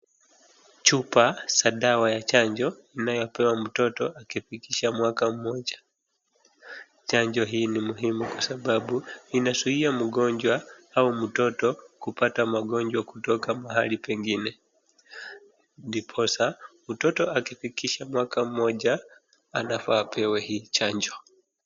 Chupa za dawa ya chanjo zinazopewa mtoto akifikisha mwaka mmoja. Chanjo hii ni muhimu kwa sababu inazuia mgonjwa au mtoto kupata magonjwa kutoka mahali pengine, ndiposa mtoto akifikisha mwaka mmoja anafaa apewe hii chanjo.